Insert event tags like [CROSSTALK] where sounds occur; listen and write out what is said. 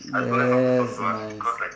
yes my [NOISE]